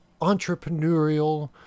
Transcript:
entrepreneurial